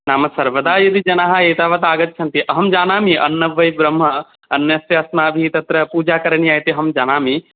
नाम सर्वदा यदि जनाः एतावत् आगच्छन्ति अहं जानामि अन्नं वै ब्रह्म अन्नस्य अस्माभिः तत्र पूजा करणीया इति अहं जानामि